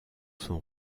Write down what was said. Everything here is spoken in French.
son